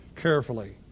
Carefully